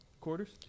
quarters